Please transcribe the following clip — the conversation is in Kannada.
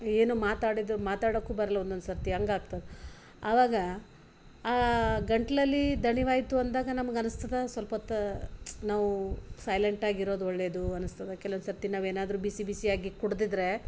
ಏನು ಮಾತಾಡಿದು ಮಾತಾಡೋಕು ಬರಲ್ ಒನೊಂದ್ಸರ್ತಿ ಹಂಗಾಗ್ತದೆ ಆವಾಗ ಆ ಗಂಟಲಲ್ಲಿ ದಣಿವಾಯಿತು ಅಂದಾಗ ನಮ್ಗೆ ಅನಿಸ್ತದ ಸ್ವಲ್ಪೊತ್ತು ನಾವು ಸೈಲೆಂಟಾಗಿರೋದು ಒಳ್ಳೆದು ಅನಿಸ್ತದ ಕೆಲವೊಂದುಸರ್ತಿ ನಾವೇನಾದರೂ ಬಿಸಿ ಬಿಸಿಯಾಗಿ ಕುಡಿದಿದ್ರೆ